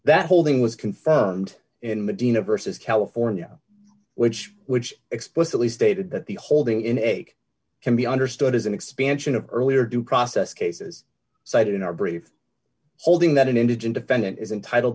thing was confirmed in medina versus california which which explicitly stated that the holding in a can be understood as an expansion of earlier due process cases cited in our brief holding that an indigent defendant is entitled